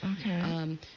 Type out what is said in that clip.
Okay